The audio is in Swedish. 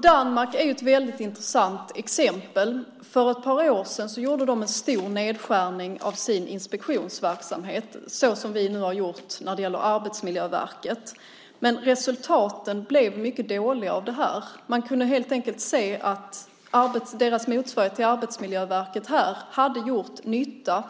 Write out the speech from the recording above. Danmark är ett väldigt intressant exempel. För ett par år sedan gjorde de en stor nedskärning av sin inspektionsverksamhet, som vi har gjort nu när det gäller Arbetsmiljöverket. Men resultaten blev mycket dåliga. Man kunde helt enkelt se att deras motsvarighet till Arbetsmiljöverket hade gjort nytta.